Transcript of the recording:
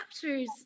captures